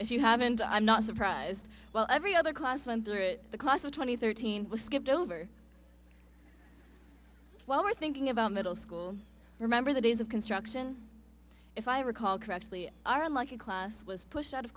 if you haven't i'm not surprised well every other class went through it the class of twenty thirteen was skipped over while we're thinking about middle school remember the days of construction if i recall correctly are like a class was pushed out of